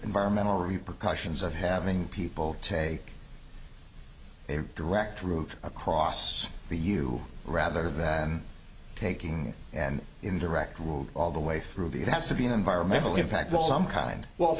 environmental repercussions of having people take a direct route across the you rather than taking an indirect route all the way through the it has to be an environmental impact but some kind